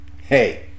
Hey